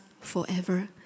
forever